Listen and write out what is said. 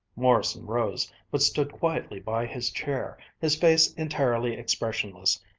morrison rose, but stood quietly by his chair, his face entirely expressionless,